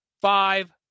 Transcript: Five